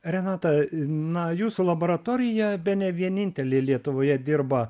renata na jūsų laboratorija bene vienintelė lietuvoje dirba